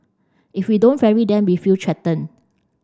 if we don't ferry them we feel threatened